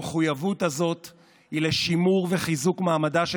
המחויבות הזאת היא לשימור ולחיזוק מעמדה של